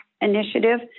Initiative